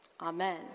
Amen